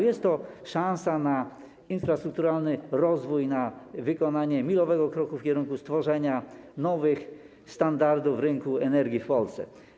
Jest to szansa na infrastrukturalny rozwój, na wykonanie milowego kroku w kierunku stworzenia nowych standardów rynku energii w Polsce.